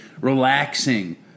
relaxing